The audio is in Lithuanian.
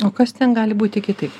o kas ten gali būti kitaip